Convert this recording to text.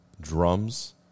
Drums